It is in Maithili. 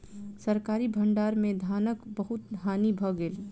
सरकारी भण्डार में धानक बहुत हानि भ गेल